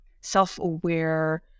self-aware